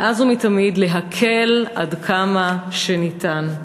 מאז ומתמיד, להקל עד כמה שניתן.